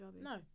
No